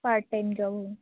part time job